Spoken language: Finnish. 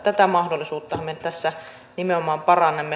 tätä mahdollisuutta me tässä nimenomaan parannamme